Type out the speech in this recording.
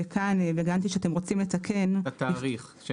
וכאן הבנתי שאתם רוצים לתקן --- את התאריך.